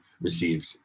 received